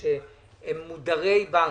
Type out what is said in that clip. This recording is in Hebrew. אנשים שהם מודרי בנק.